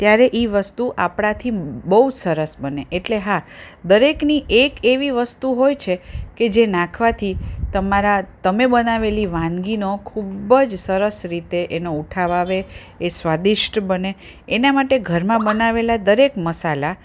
ત્યારે એ વસ્તુ આપણાંથી બહુ સરસ બને એટલે હા દરેકની એક એવી વસ્તુ હોય છે કે જે નાખવાથી તમારા તમે બનાવેલી વાનગીનો ખૂબ જ સરસ રીતે એનો ઉઠાવ આવે એ સ્વાદિષ્ટ બને એના માટે ઘરમાં બનાવેલા દરેક મસાલા